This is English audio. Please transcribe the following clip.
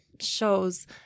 shows